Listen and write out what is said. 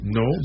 no